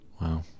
Wow